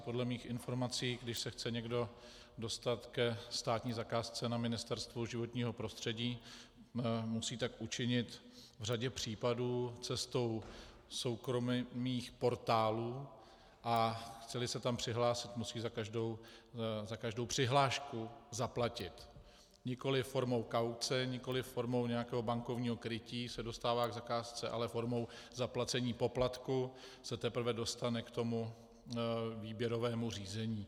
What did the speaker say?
Podle mých informací, když se chce někdo dostat ke státní zakázce na Ministerstvu životního prostředí, musí tak učinit v řadě případů cestou soukromých portálů, a chceli se tam přihlásit, musí za každou přihlášku zaplatit nikoliv formou kauce, nikoliv formou nějakého bankovního krytí se dostává k zakázce, ale formou zaplacení poplatku se teprve dostane k výběrovému řízení.